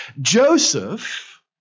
Joseph